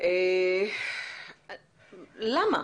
למה?